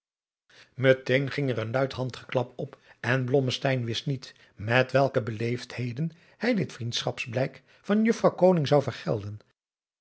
een ging er een luid handgeklap op en blomadriaan loosjes pzn het leven van johannes wouter blommesteyn mesteyn wist niet met welke beleefdheden hij dit vriendschapsblijk van juffrouw koning zou vergelden